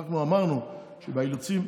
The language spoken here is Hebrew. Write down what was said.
אנחנו אמרנו שבאילוצים,